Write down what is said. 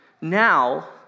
now